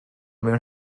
mewn